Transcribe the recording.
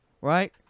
right